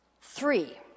Three